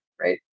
Right